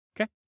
Okay